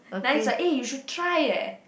nice ah eh you should try eh